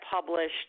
published